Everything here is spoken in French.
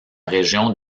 région